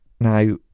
Now